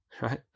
Right